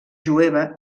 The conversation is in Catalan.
jueva